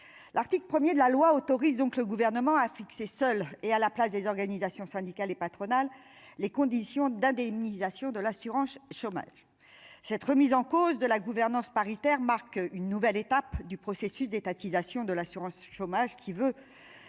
l'article 1er de la loi autorise donc le gouvernement a fixé, seul et à la place des organisations syndicales et patronales, les conditions d'indemnisation de l'assurance-chômage, cette remise en cause de la gouvernance paritaire marque une nouvelle étape du processus d'étatisation de l'assurance chômage qui veut